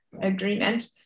agreement